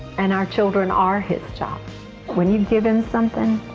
and our children are his. when you give them something,